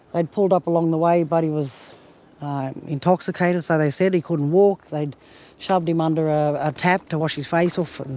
they'd pulled up along the way, buddy was intoxicated so they said, he couldn't walk. they'd shoved him under a ah tap to wash his face off. and